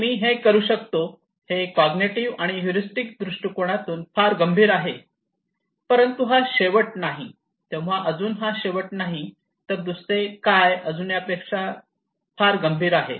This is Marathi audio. आणि मी हे करू शकतो हे कॉग्निटिव्ह आणि ह्युरीस्टिक दृष्टिकोनातून फार गंभीर आहे परंतु हा शेवट नाही तेव्हा अजून हा शेवट नाही तर दुसरे काय अजून यापेक्षा फार गंभीर आहे